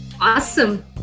awesome